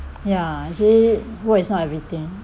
ya actually work is not everything